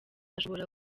ashobora